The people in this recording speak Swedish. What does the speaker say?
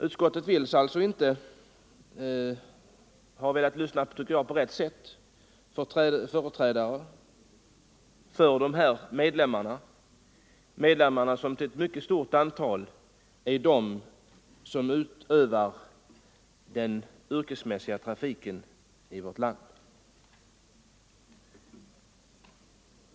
Utskottet har inte, tycker jag, velat lyssna på rätt sätt till företrädare för de här organisationerna, vilkas medlemmar till ett mycket stort antal är de som utövar den yrkesmässiga trafiken i vårt land.